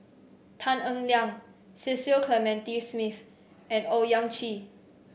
Tan Eng Liang Cecil Clementi Smith and Owyang Chi